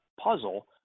puzzle